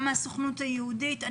גם מהסוכנות היהודית,